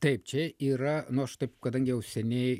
taip čia yra nu aš taip kadangi jau seniai